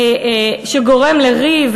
שגורם לריב,